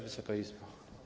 Wysoka Izbo!